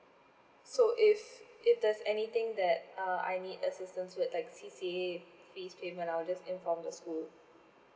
so if if there's anything that uh I need assistance with like C_C_A fees payment I will just inform the school